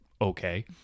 okay